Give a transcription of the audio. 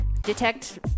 detect